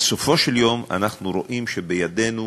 בסופו של יום אנחנו רואים שבידינו